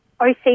OC